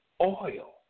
oil